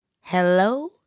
Hello